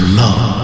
love